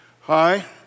Hi